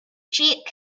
cheek